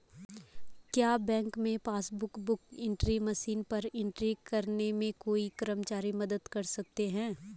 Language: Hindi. क्या बैंक में पासबुक बुक एंट्री मशीन पर एंट्री करने में कोई कर्मचारी मदद कर सकते हैं?